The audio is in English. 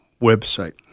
website